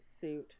suit